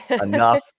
enough